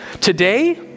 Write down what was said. Today